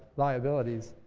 liabilities.